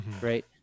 right